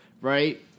right